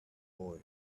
boy